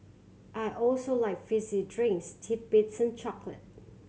I also like fizzy drinks titbits and chocolate